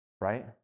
Right